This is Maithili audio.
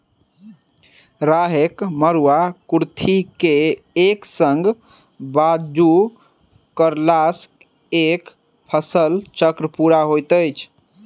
राहैड़, मरूआ, कुर्थी के एक संग बागु करलासॅ एक फसिल चक्र पूरा होइत छै